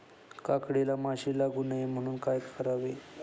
काकडीला माशी लागू नये म्हणून काय करावे?